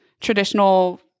traditional